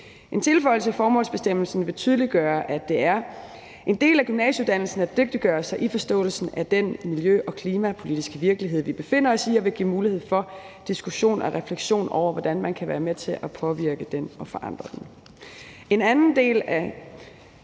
En tilføjelse til formålsbestemmelsen vil tydeliggøre, at det er en del af gymnasieuddannelsen at dygtiggøre sig i forståelsen af den miljø- og klimapolitiske virkelighed, vi befinder os i, og vil give mulighed for diskussion og refleksion over, hvordan man kan være med til at påvirke den og forandre den. En anden del af